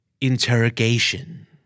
Interrogation